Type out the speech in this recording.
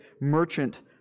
merchant